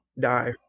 die